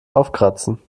aufkratzen